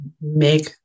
make